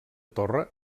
torre